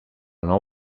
nou